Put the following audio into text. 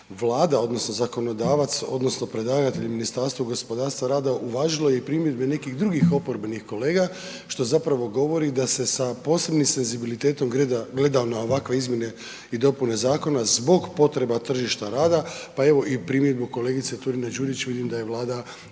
Vlada odnosno zakonodavac odnosno predlagatelj, Ministarstvo gospodarstva rada uvažilo je i primjedbe nekih drugih oporbenih kolega što zapravo govori da se sa posebnim senzibilitetom gleda na ovakve izmjene i dopune zakona zbog potreba tržišta rada, pa evo i primjedbe kolegice Turine Đurić, vidim da je Vlada